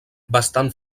bastant